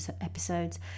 episodes